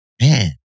man